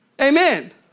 Amen